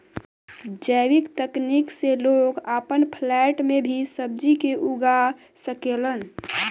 जैविक तकनीक से लोग आपन फ्लैट में भी सब्जी के उगा सकेलन